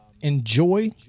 enjoy